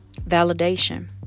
validation